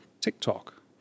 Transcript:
TikTok